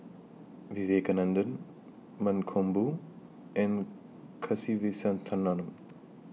Vivekananda Mankombu and Kasiviswanathan